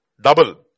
Double